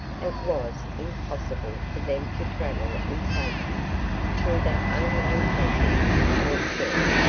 it was impossible for them to travel in safety through that unknown country to port phillip,